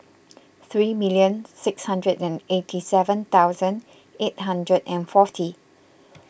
three million six hundred and eighty seven thousand eight hundred and forty